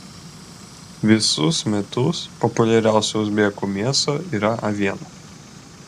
visus metus populiariausia uzbekų mėsa yra aviena